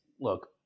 look